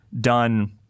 done